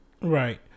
Right